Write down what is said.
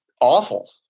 awful